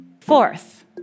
Fourth